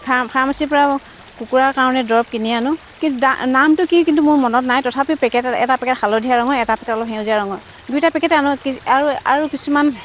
for ফাৰ্মাচীৰ পৰা কুকুৰাৰ কাৰণে দৰৱ কিনি আনো কিন্তু দা নামটো কি কিন্তু মোৰ মনত নাই তথাপি পেকেট এটা পেকেট হালধীয়া ৰঙৰ এটা পেকেট অলপ সেউজীয়া ৰঙৰ দুইটা পেকেট আনো কি আৰু আৰু কিছুমান